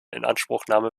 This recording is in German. inanspruchnahme